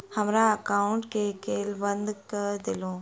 हमरा एकाउंट केँ केल बंद कऽ देलु?